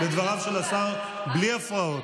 זה בלתי אפשרי.